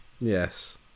yes